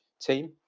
team